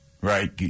right